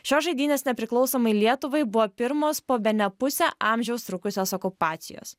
šios žaidynės nepriklausomai lietuvai buvo pirmos po bene pusę amžiaus trukusios okupacijos